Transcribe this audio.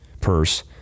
purse